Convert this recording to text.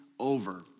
over